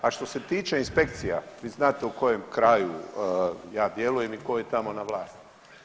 A što se tiče inspekcija vi znate u kojem kraju ja djelujem i tko je tamo na vlasti.